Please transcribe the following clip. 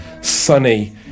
sunny